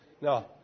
No